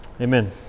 Amen